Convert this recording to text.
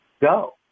go